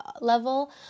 level